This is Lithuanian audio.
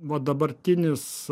va dabartinis